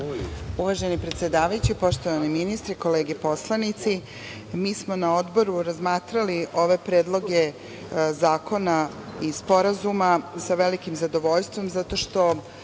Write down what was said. Uvaženi predsedavajući, poštovani ministre, kolege poslanici, mi smo na Odboru razmatrali ove Predloge zakona i sporazuma sa velikim zadovoljstvom zato što